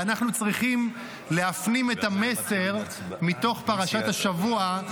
ואנחנו צריכים להפנים את המסר מתוך פרשת השבוע,